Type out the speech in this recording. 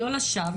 לא לשווא,